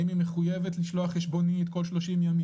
האם היא מחויבת לשלוח חשבונית כל 30 ימים